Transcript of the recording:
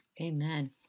Amen